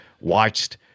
watched